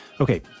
Okay